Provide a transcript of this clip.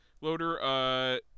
Loader